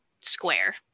square